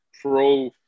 pro